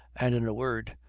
and, in a word,